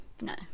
No